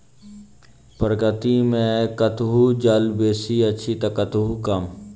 प्रकृति मे कतहु जल बेसी अछि त कतहु कम